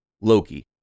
Loki